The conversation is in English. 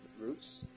roots